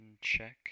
check